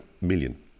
million